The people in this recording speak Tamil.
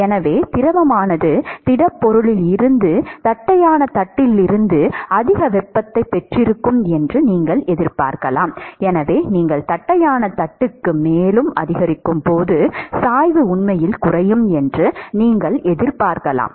எனவே திரவமானது திடப்பொருளில் இருந்து தட்டையான தட்டிலிருந்து அதிக வெப்பத்தைப் பெற்றிருக்கும் என்று நீங்கள் எதிர்பார்க்கலாம் எனவே நீங்கள் தட்டையான தட்டுக்கு மேலும் அதிகரிக்கும் போது சாய்வு உண்மையில் குறையும் என்று நீங்கள் எதிர்பார்க்கலாம்